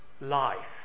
life